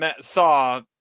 saw